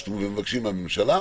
מבקשים מהממשלה